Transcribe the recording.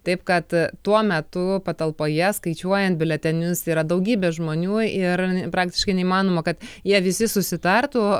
taip kad tuo metu patalpoje skaičiuojant biuletenius yra daugybė žmonių ir praktiškai neįmanoma kad jie visi susitartų